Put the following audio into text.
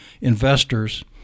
investors